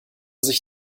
sich